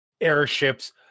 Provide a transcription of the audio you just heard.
airships